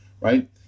right